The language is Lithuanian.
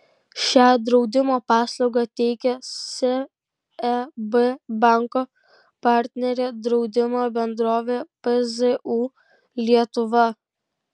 šią draudimo paslaugą teikia seb banko partnerė draudimo bendrovė pzu lietuva